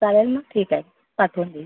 चालेल ना ठीक आहे पाठवून देईल